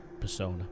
persona